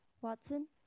Watson